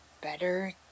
better